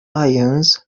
ions